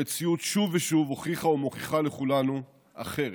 המציאות שוב ושוב הוכיחה ומוכיחה לכולנו אחרת.